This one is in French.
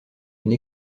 une